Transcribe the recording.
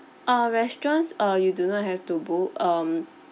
uh restaurants uh you do not have to book um